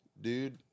dude